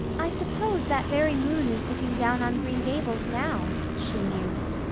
i suppose that very moon is looking down on green gables now, she mused.